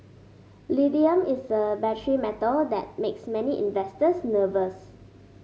lithium is a battery metal that makes many investors nervous